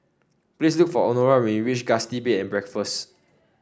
please look for Honora when you reach Gusti Bed and Breakfast